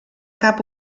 cap